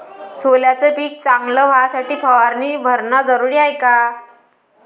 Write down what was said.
सोल्याचं पिक चांगलं व्हासाठी फवारणी भरनं जरुरी हाये का?